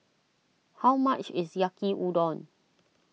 how much is Yaki Udon